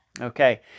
Okay